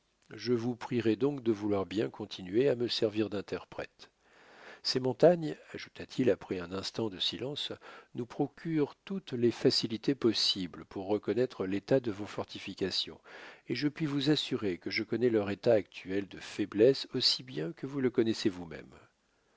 je vous prierai donc de vouloir bien continuer à me servir d'interprète ces montagnes ajouta-t-il après un instant de silence nous procurent toutes les facilités possibles pour reconnaître l'état de vos fortifications et je puis vous assurer que je connais leur état actuel de faiblesse aussi bien que vous le connaissez vousmême